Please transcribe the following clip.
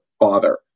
father